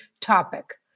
topic